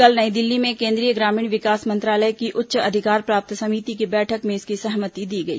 कल नई दिल्ली में केंद्रीय ग्रामीण विकास मंत्रालय की उच्च अधिकार प्राप्त समिति की बैठक में इसकी सहमति दी गई